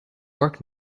work